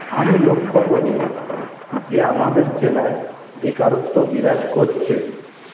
আমি লক্ষ্য করি যে আমাদের জেলায় বেকারত্ব বিরাজ করছে